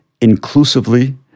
inclusively